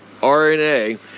RNA